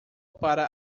para